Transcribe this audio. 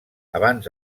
abans